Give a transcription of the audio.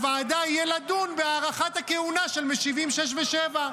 על הוועדה יהיה לדון בהארכת הכהונה של משיבים 6 ו-7".